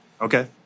Okay